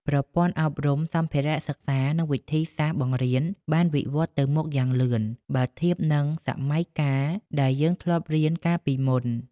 ប្រព័ន្ធអប់រំ សម្ភារៈសិក្សា និងវិធីសាស្រ្តបង្រៀនបានវិវត្តន៍ទៅមុខយ៉ាងលឿន បើធៀបនឹងសម័យកាលដែលយើងធ្លាប់រៀនកាលពីមុន។